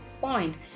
point